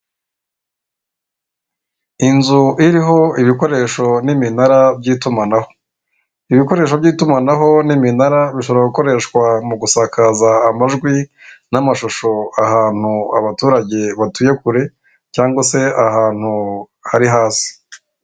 Inzu iriho ibikoresho n'iminara by'itumanaho, ibikoresho by'itumanaho n'iminara bishobora gukoreshwa mu gusakaza amajwi n'amashusho ahantu abaturage batuye kure cyangwa se ahantu hari hasi.